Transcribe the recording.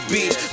Beach